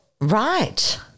Right